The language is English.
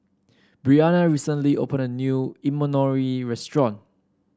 Briana recently opened a new Imoni restaurant